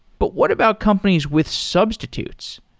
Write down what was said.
but what about companies with substitutes?